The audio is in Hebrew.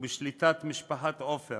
ובשליטת משפחת עופר,